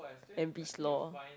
and be slow